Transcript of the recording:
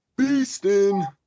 beasting